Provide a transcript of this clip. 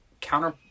counter